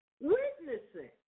witnessing